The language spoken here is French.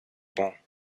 bons